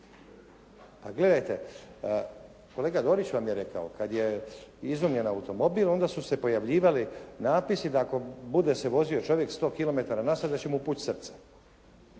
gledajte, kolega Dorić vam je rekao. Kad je izumljen automobil onda su se pojavljivali napisi da ako bude se vozio čovjek 100 kilometara na sat da će mu pući srce.